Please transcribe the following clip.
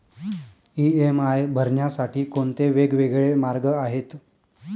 EMI भरण्यासाठी कोणते वेगवेगळे मार्ग आहेत?